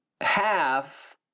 Half